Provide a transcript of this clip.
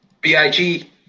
b-i-g